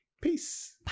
Peace